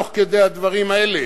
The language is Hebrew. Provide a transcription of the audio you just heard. תוך כדי הדברים האלה,